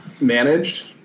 managed